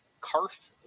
karth